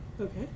Okay